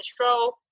control